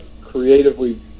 creatively